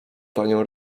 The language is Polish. panią